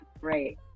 great